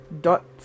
Dot